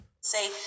Say